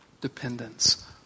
dependence